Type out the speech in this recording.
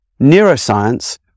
neuroscience